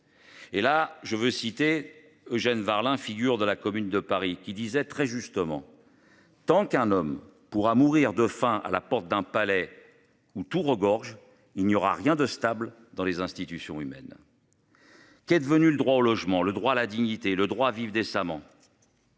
Et là je veux citer Eugène Varlin, figure de la commune de Paris qui disait très justement. Tant qu'un homme pourra mourir de faim à la porte d'un palais où tout regorgent. Il n'y aura rien de stable dans les institutions humaines. Qu'est devenu le droit au logement, le droit à la dignité et le droit à vivre décemment.